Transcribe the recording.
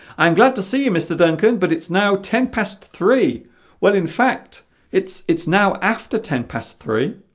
i'm glad to see you mr. duncan but it's now ten past three well in fact it's it's now after ten past three